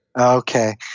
Okay